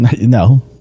No